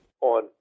on